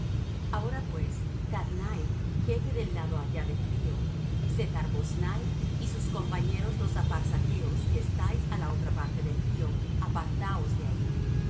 ahora pues tatnai jefe del lado allá del río sethar boznai y sus compañeros los apharsachos que estáis á la otra parte del río apartaos de ahí